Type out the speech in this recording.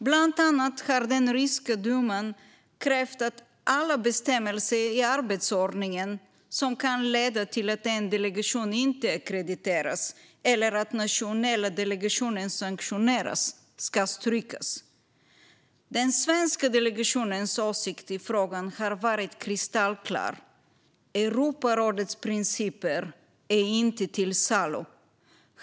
Bland annat har den ryska duman krävt att alla bestämmelser i arbetsordningen ska strykas som kan leda till att en delegation inte ackrediteras eller till att nationella delegationer sanktioneras. Den svenska delegationens åsikt i frågan har varit kristallklar: Europarådets principer är inte till salu.